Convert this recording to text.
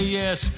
yes